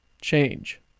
change